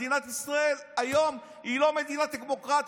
מדינת ישראל היום היא לא מדינה דמוקרטית.